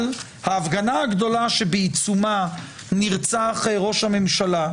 אבל ההפגנה הגדולה שבעיצומה נרצח ראש הממשלה,